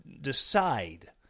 decide